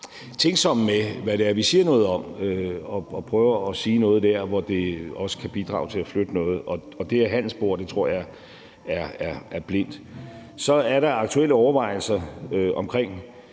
i forhold til hvad det er, vi siger noget om, og prøver at sige noget der, hvor det også kan bidrage til at flytte noget. Og det her handelsspor tror jeg er blindt. Så er der aktuelle overvejelser omkring,